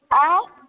आओर